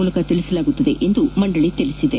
ಮೂಲಕ ತಿಳಿಸಿಲಾಗುವುದು ಎಂದು ಮಂಡಳಿ ತಿಳಿಸಿದೆ